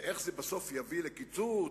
ואיך זה בסוף יגיע לקיצוץ,